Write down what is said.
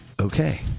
Okay